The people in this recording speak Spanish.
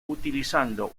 utilizando